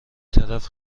طرف